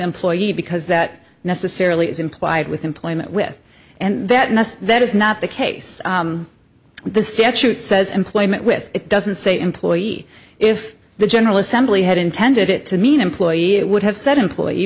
employee because that necessarily is implied with employment with and that that is not the case the statute says employment with it doesn't say employee if the general assembly had intended it to mean employee it would have said employee